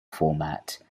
format